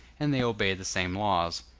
and they obey the same laws.